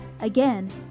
Again